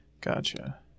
Gotcha